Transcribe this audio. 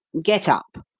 get up!